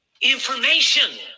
Information